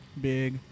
big